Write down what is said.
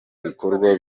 bikorwa